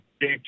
Dave